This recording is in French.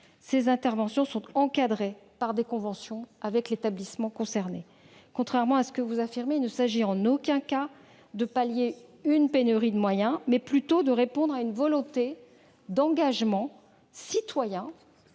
ces interventions sont encadrées par des conventions avec l'établissement concerné. Contrairement à ce que vous affirmez, il s'agit non pas de pallier une pénurie de moyens, mais de répondre à une volonté d'engagement citoyen,